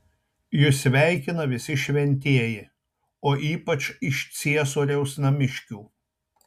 jus sveikina visi šventieji o ypač iš ciesoriaus namiškių